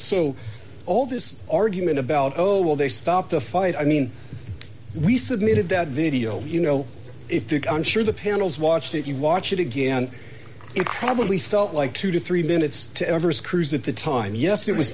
so all this argument about oh well they stopped the fight i mean we submitted that video you know it dick i'm sure the panel's watched it you watch it again incredibly felt like two to three minutes to evers cruz at the time yes it was